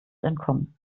entkommen